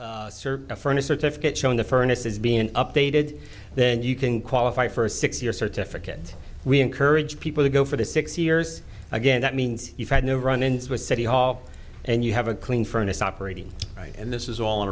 a furnace certificate showing the furnace is being updated then you can qualify for a six year certificate we encourage people to go for the six years again that means you've had no run ins with city hall and you have a clean furnace operating right and this is all on